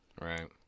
Right